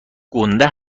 گنده